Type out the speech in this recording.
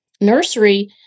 nursery